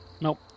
Nope